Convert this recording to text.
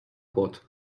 płot